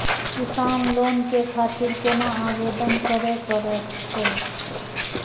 किसान लोन के खातिर केना आवेदन करें परतें?